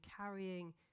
carrying